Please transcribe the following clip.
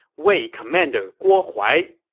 wei commander guo huai.